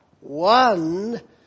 One